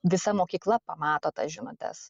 visa mokykla pamato tas žinutes